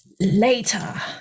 later